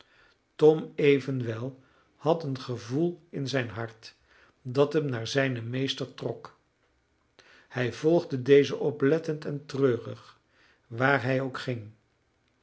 tom evenwel had een gevoel in zijn hart dat hem naar zijnen meester trok hij volgde dezen oplettend en treurig waar hij ook ging